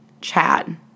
Chad